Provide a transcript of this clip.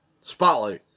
Spotlight